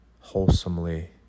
wholesomely